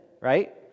right